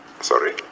Sorry